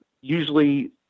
usually